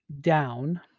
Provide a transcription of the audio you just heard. down